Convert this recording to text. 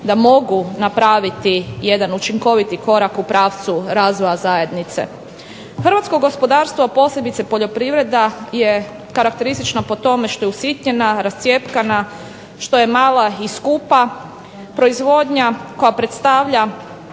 da mogu napraviti jedan učinkoviti korak u pravcu razvoja zajednice. Hrvatsko gospodarstvo, a posebice poljoprivreda, je karakteristična po tome što je usitnjena, rascjepkana, što je mala i skupa. Proizvodnja koja predstavlja